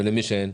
ולמי שאין?